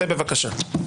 צא בבקשה.